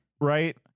Right